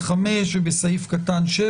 (5) ו-(7).